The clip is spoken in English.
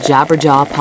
Jabberjaw